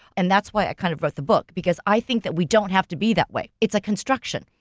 and that's why i kind of wrote the book, because i think that we don't have to be that way. it's like construction,